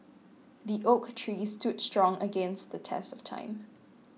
the oak tree stood strong against the test of time